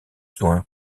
soins